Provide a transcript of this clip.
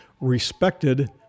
respected